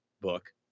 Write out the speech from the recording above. book